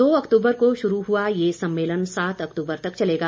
दो अक्तूबर को शुरू हुआ ये सम्मेलन सात अक्तूबर तक चलेगा